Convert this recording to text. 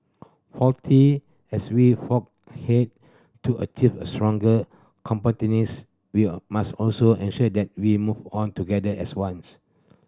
fourth as we forge ahead to achieve a stronger competitiveness we must also ensure that we move on together as ones